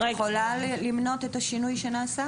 את יכולה למנות את השינוי שנעשה?